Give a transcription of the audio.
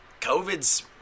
COVID's